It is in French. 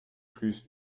plus